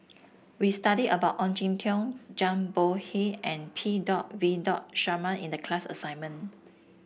we studied about Ong Jin Teong Zhang Bohe and P dot V dot Sharma in the class assignment